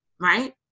right